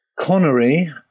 connery